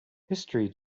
history